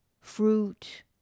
fruit